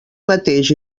mateix